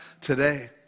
today